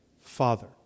Father